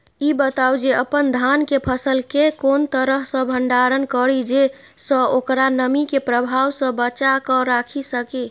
ई बताऊ जे अपन धान के फसल केय कोन तरह सं भंडारण करि जेय सं ओकरा नमी के प्रभाव सं बचा कय राखि सकी?